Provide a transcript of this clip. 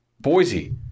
Boise